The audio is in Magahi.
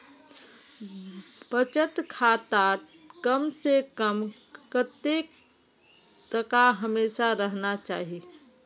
बचत खातात कम से कम कतेक टका हमेशा रहना चही?